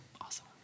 Awesome